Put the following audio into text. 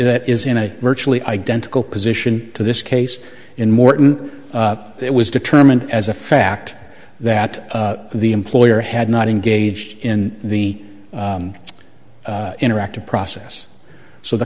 that is in a virtually identical position to this case in morton it was determined as a fact that the employer had not engaged in the interactive process so the